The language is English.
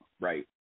Right